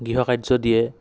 গৃহকাৰ্য্য দিয়ে